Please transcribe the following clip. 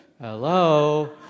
Hello